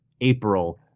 April